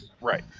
Right